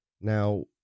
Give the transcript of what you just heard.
Now